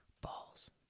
balls